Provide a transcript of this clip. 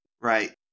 Right